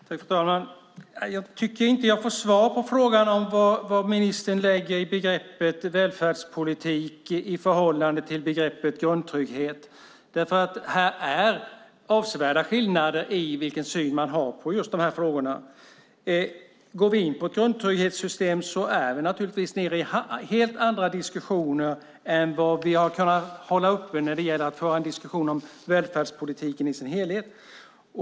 Fru talman! Jag tycker inte att jag får svar på frågan om vad ministern lägger i begreppet "välfärdspolitik" i förhållande till begreppet "grundtrygghet". Det finns avsevärda skillnader i vilken syn man har på just de här frågorna. Går vi in på grundtrygghetssystem är vi inne på helt andra diskussioner om helt andra nivåer än vad vi har kunnat hålla uppe när det gäller diskussioner om välfärdspolitiken i sin helhet.